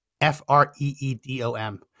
F-R-E-E-D-O-M